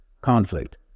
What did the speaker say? Conflict